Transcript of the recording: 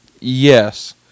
Yes